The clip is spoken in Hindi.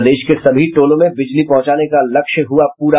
प्रदेश के सभी टोलों में बिजली पहुंचाने का लक्ष्य हुआ पूरा